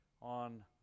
on